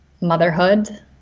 motherhood